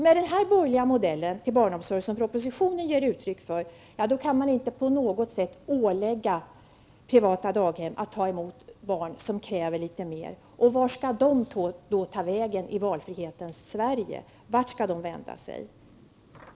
Med den borgerliga modell för barnomsorg som har skisserats i propositionen kan man inte på något sätt ålägga privata daghem att ta emot barn som kräver litet mer. Vart skall de då ta vägen i valfrihetens Sverige, vart skall de vända sig?